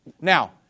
Now